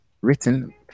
Written